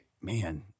man